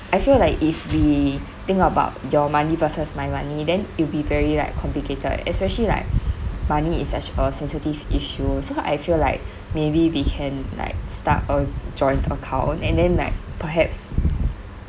I feel like if we think about your money versus my money then it will be very like complicated especially like money is actual a sensitive issue so I feel like maybe we can like start a joint account and then like perhaps